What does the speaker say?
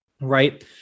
Right